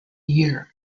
year